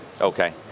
Okay